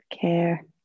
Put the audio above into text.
care